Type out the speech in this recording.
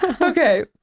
Okay